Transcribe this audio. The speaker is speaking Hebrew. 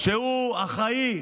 שאחראי,